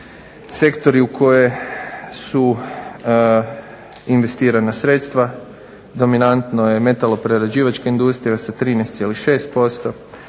Sektori u koje su investirana sredstva dominantno je metaloprerađivačka industrija sa 13,6%